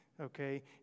Okay